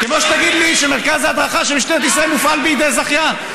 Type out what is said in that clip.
כמו שתגיד לי שמרכז ההדרכה של משטרת ישראל מופעל בידי זכיין.